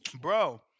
Bro